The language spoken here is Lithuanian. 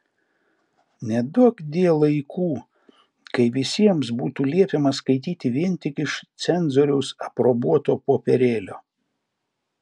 neduokdie laikų kai visiems būtų liepiama skaityti vien tik iš cenzoriaus aprobuoto popierėlio